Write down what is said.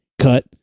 cut